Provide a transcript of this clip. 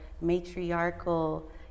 matriarchal